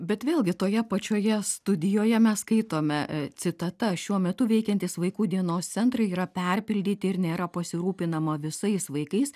bet vėlgi toje pačioje studijoje mes skaitome citata šiuo metu veikiantys vaikų dienos centrai yra perpildyti ir nėra pasirūpinama visais vaikais